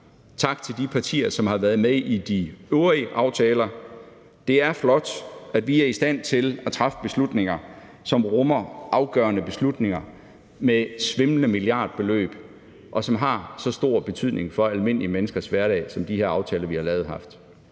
Tak til de partier, som har været med i de øvrige aftaler. Det er flot, at vi er i stand til at træffe beslutninger, som rummer afgørende beslutninger om svimlende milliardbeløb, som har så stor betydning for almindelige menneskers hverdag, som de aftaler, vi har lavet her,